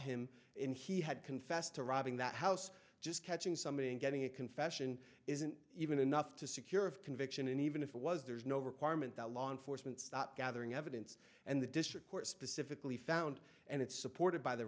him in he had confessed to robbing that house just catching somebody and getting a confession isn't even enough to secure a conviction and even if it was there's no requirement that law enforcement stop gathering evidence and the district court specifically found and it's supported by the